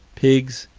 pigs,